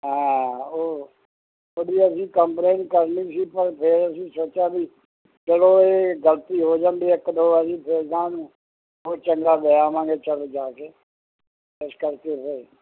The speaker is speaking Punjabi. ਹਾਂ ਉਹ ਤੁਹਾਡੀ ਅਸੀਂ ਕੰਪਲੇਂਟ ਕਰਨੀ ਸੀ ਪਰ ਫਿਰ ਅਸੀਂ ਸੋਚਿਆ ਵੀ ਚਲੋ ਇਹ ਗਲਤੀ ਹੋ ਜਾਂਦੀ ਇੱਕ ਦੋ ਵਾਰੀ ਫਿਰ ਗਾਂਹ ਨੂੰ ਉਹ ਚੰਗਾ ਲੈ ਆਵਾਂਗੇ ਚਲ ਜਾ ਕੇ ਇਸ ਕਰਕੇ ਫਿਰ